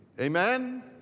Amen